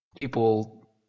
people